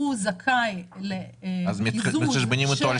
הוא זכאי לקיזוז של